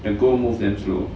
and gold moves them through